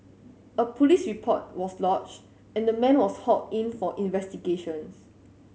a police report was lodged and the man was hauled in for investigations